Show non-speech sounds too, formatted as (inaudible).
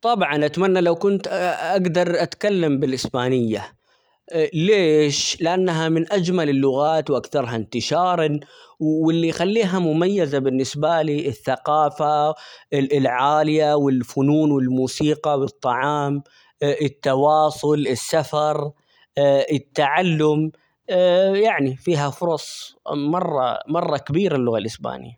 طبعًا أتمنى لو كنت (hesitation) أقدر اتكلم بالإسبانية (hesitation) ليش؟ لأنها من أجمل اللغات، وأكثرها انتشارًا، واللي يخليها مميزة بالنسبة لي الثقافة -ال-العالية ،والفنون ، والموسيقى، والطعام (hesitation) التواصل ،السفر، (hesitation) التعلم، (hesitation) يعني فيها فرص مرة مرة كبيرة اللغة الإسبانية.